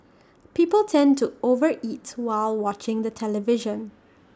people tend to over eat while watching the television